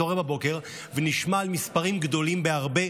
נתעורר בבוקר ונשמע על מספרים גדולים בהרבה,